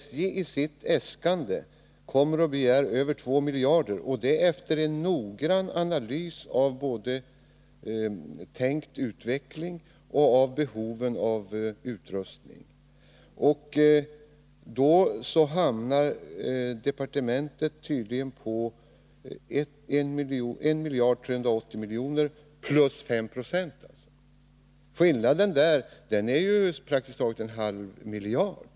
SJ har ju — efter en noggrann analys av såväl den tänkta utvecklingen som behoven av utrustning — i sitt äskande begärt över 2 miljarder. Departementet skulle tydligen hamna på en summa av 1 380 milj.kr. plus de 5 procenten. Det rör sig alltså om en skillnad på så gott som en halv miljard.